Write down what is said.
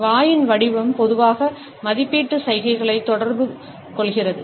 வாயின் வடிவம் பொதுவாக மதிப்பீட்டு சைகைகளை தொடர்பு கொள்கிறது